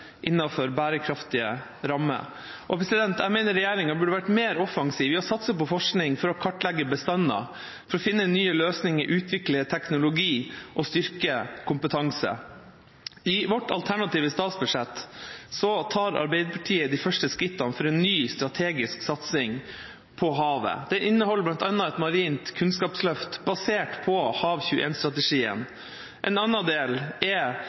innenfor bærekraftige rammer. Jeg mener regjeringa burde vært mer offensiv i å satse på forskning for å kartlegge bestander, for å finne nye løsninger, utvikle teknologi og styrke kompetanse. I vårt alternative statsbudsjett tar Arbeiderpartiet de første skrittene for en ny strategisk satsing på havet. Det inneholder bl.a. et marint kunnskapsløft basert på Hav21-strategien. En annen del er